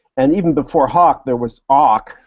and even before hawk there was awk,